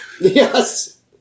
Yes